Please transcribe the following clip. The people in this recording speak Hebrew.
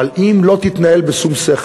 אבל אם היא לא תתנהל בשום-שכל,